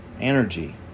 energy